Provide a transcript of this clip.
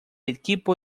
equipo